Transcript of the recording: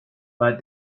but